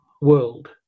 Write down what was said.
world